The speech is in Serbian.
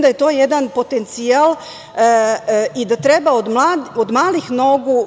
da je to jedan potencijal i da treba od malih nogu,